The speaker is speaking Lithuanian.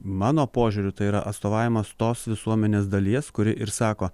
mano požiūriu tai yra atstovavimas tos visuomenės dalies kuri ir sako